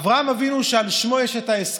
אברהם אבינו, שעל שמו ההסכם,